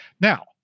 Now